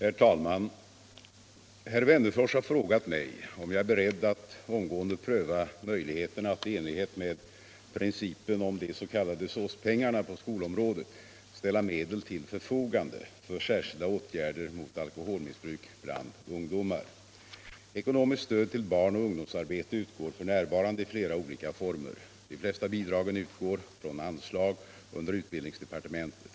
Herr talman! Herr Wennerfors har frågat mig om jag är beredd att omgående pröva möjligheten att i enlighet med principen om de s.k. SÅS-pengarna på skolområdet ställa medel till förfogande för särskilda åtgärder mot alkoholmissbruk bland ungdomar. Ekonomiskt stöd till barnoch ungdomsarbete utgår f. n. i flera olika former. De flesta bidragen utgår från anslag under utbildningsdepartementet.